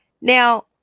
Now